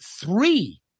three